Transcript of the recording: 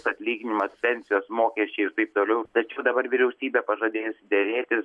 atlyginimas pensijos mokesčiai ir taip toliau tačiau dabar vyriausybė pažadėjusi derėtis